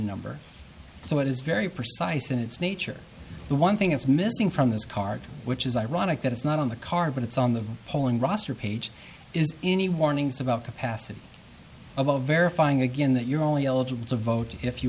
number so it is very precise in its nature the one thing that's missing from this card which is ironic that it's not on the card but it's on the polling roster page is any warnings about capacity of a verifying again that you're only eligible to vote if you